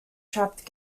trapped